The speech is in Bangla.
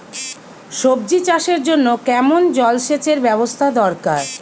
সবজি চাষের জন্য কেমন জলসেচের ব্যাবস্থা দরকার?